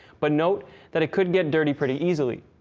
but note that it could get dirty pretty easily.